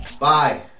bye